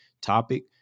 topic